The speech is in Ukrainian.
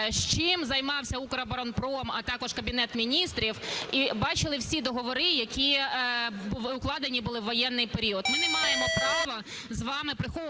чим займався Укроборонпром, а також Кабінет Міністрів, і бачили всі договори, які укладені були в воєнний період. Ми не маємо права з вами приховувати